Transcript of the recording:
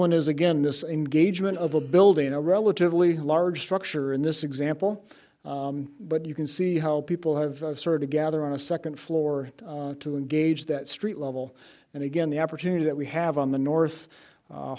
one is again this engagement of a building in a relatively large structure in this example but you can see how people have sort of gather on a second floor to engage that street level and again the opportunity that we have on the north